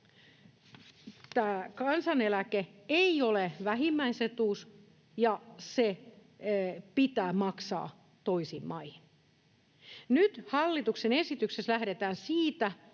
että kansaneläke ei ole vähimmäisetuus ja se pitää maksaa toisiin maihin. Nyt hallituksen esityksessä lähdetään siitä,